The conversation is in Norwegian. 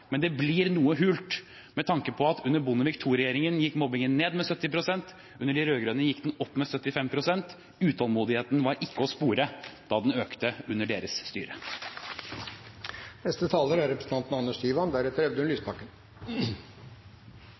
men det blir noe hult med tanke på at under Bondevik II-regjeringen gikk mobbingen ned med 70 pst, under de rød-grønne gikk den opp med 75 pst. Utålmodigheten var ikke å spore da den økte under deres styre.